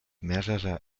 mehrerer